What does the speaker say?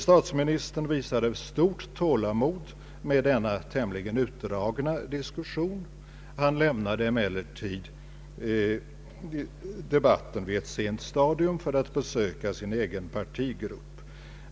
Statsministern visade ett stort tålamod med denna tämligen utdragna diskussion. Han lämnade emellertid debatten på ett sent stadium för att besöka sin egen partigrupp.